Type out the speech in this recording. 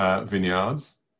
vineyards